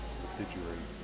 subsidiary